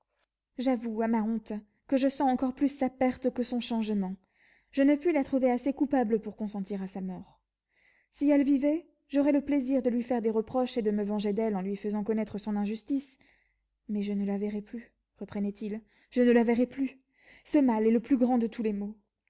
j'avoue à ma honte que je sens encore plus sa perte que son changement je ne puis la trouver assez coupable pour consentir à sa mort si elle vivait j'aurais le plaisir de lui faire des reproches et de me venger d'elle en lui faisant connaître son injustice mais je ne la verrai plus reprenait-il je ne la verrai plus ce mal est le plus grand de tous les maux